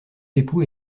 époux